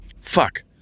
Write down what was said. Fuck